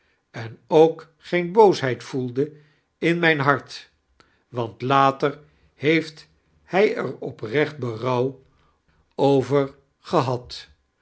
en ook geen booshedd voelde in mijn hart want later heetft hij er opnecht herouw over gehad